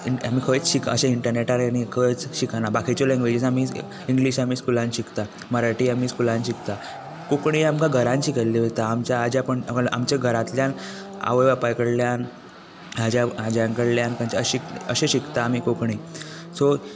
आमी खंयच अशे हे इंटरनेटार आनी खंयच शिकना बाकीच्यो लँग्वेजीस आमी इंग्लीश आमी स्कुलांत शिकता मराठी आमी स्कुलांत शिकता कोंकणी आमकां घरांत शिकयल्ली वयता आमच्या आज्या पणज्या आमच्या घरांतल्यान आवय बापाय कडल्यान आजा आज्यां कडल्यान खंयच्याय अशे शिकता आमी कोंकणी सो